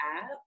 app